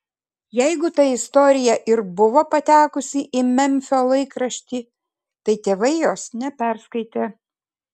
jeigu ta istorija ir buvo patekusi į memfio laikraštį tai tėvai jos neperskaitė